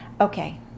Okay